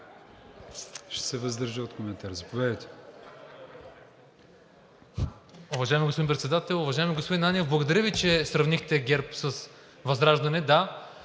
Ще се въздържа от коментар, заповядайте.